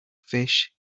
fish